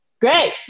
Great